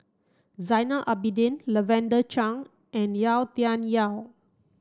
Zainal Abidin Lavender Chang and Yau Tian Yau